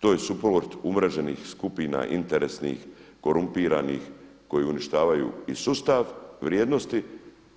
To je suport umreženih skupina interesnih, korumpiranih koji uništavaju i sustav vrijednosti